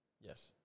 Yes